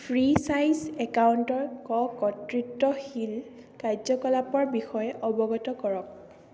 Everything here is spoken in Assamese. ফ্ৰী চাইজ একাউণ্টৰ ককৰ্তৃত্বশীল কাৰ্য্য কলাপৰ বিষয়ে অৱগত কৰক